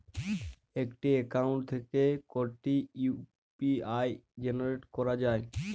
একটি অ্যাকাউন্ট থেকে কটি ইউ.পি.আই জেনারেট করা যায়?